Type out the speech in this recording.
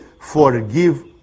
forgive